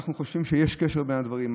אנחנו חושבים שיש קשר בין הדברים.